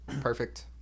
Perfect